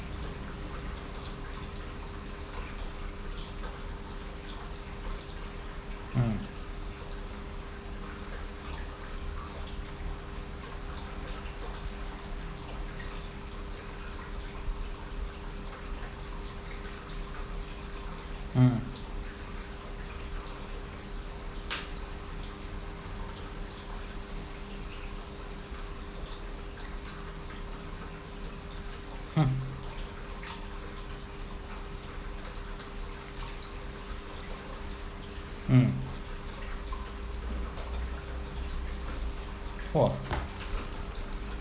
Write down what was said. mm mm hmm mm !whoa!